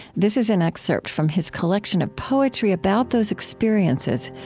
this is an excerpt from his collection of poetry about those experiences,